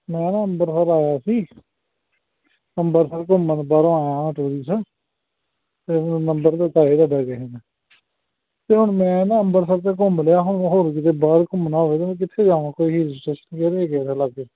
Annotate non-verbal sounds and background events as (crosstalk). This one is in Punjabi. ਮੈਂ ਨਾ ਅੰਮ੍ਰਿਤਸਰ ਆਇਆ ਸੀ ਅੰਮ੍ਰਿਤਸਰ ਘੁੰਮਣ ਬਾਹਰੋਂ ਆਇਆ ਹਾਂ ਟੂਰਿਸਟ ਅਤੇ ਹੁਣ (unintelligible) ਅਤੇ ਹੁਣ ਮੈਂ ਨਾ ਅੰਮ੍ਰਿਤਸਰ 'ਚ ਘੁੰਮ ਲਿਆ ਹੁਣ ਹੋਰ ਕਿਤੇ ਬਾਹਰ ਘੁੰਮਣਾ ਹੋਵੇ ਤਾਂ ਮੈਂ ਕਿੱਥੇ ਜਾਵਾਂ ਕੋਈ ਹਿਲ ਸਟੇਸ਼ਨ ਕਿਹੜੇ ਹੈਗੇ ਆ ਲਾਗੇ